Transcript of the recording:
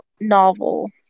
novel